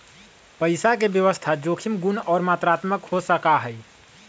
पैसा के व्यवस्था जोखिम गुण और मात्रात्मक हो सका हई